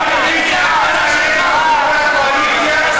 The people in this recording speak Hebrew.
אני מבין שאתה מאיים על חברי הקואליציה ועל ראש הממשלה.